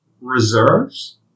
reserves